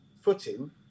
footing